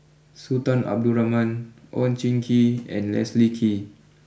Sultan Abdul Rahman Oon Jin Gee and Leslie Kee